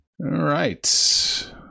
right